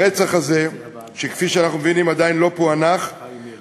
או את מגישה להיות מורה באיזה תחום.